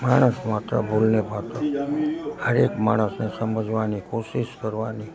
માણસ માત્ર ભૂલને પાત્ર દરેક માણસને સમજવાની કોશિશ કરવાની